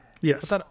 Yes